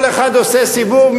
כל אחד עושה סיבוב,